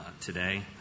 today